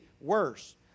worse